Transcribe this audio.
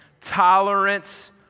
Tolerance